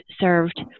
served